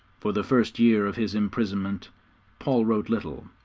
for the first year of his imprisonment paul wrote little,